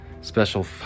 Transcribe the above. special